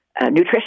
nutrition